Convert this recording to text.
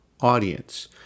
Audience